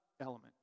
element